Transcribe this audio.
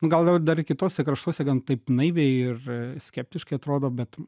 nu gal dar i kituose kraštuose gan taip naiviai ir skeptiškai atrodo bet